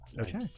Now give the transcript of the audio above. okay